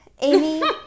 Amy